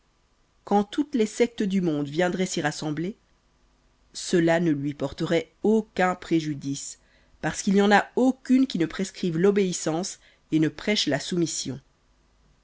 quand toutes les sectes du monde viendroient s'y rassembler cela ne lui porteroit aucun préjudice parce qu'il n'y en a aucune qui ne prescrive l'obéissance et ne prêche la soumission